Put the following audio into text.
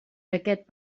aquest